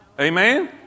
Amen